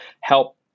help